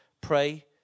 Pray